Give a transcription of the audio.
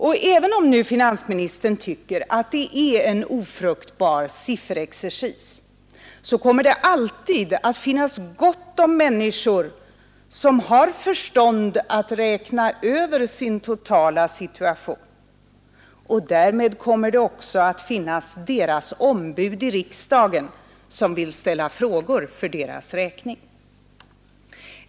Och även om nu finansministern tycker att det är en ofruktbar sifferexercis, kommer det alltid att finnas gott om människor som har förstånd att räkna över sin totala situation, och därmed kommer de också att ha ombud i riksdagen som vill ställa frågor för deras räkning.